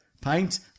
paint